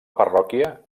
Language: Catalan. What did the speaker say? parròquia